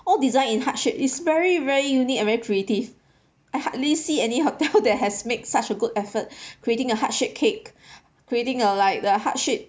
all design in heart shape it's very very unique and very creative I hardly see any hotel that has made such a good effort creating a heart shape cake creating a like the heart shape